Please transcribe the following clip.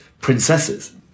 princesses